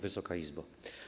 Wysoka Izbo!